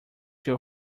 your